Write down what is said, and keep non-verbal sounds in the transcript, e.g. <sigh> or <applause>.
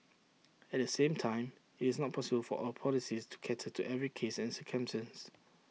at the same time IT is not possible for our policies to cater to every cases <unintelligible>